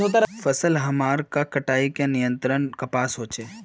फसल हमार के कटाई का नियंत्रण कपास होचे?